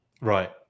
Right